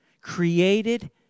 created